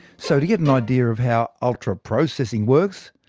so to get an idea of how ultraprocessing works,